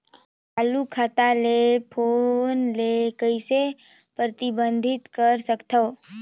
चालू खाता ले फोन ले कइसे प्रतिबंधित कर सकथव?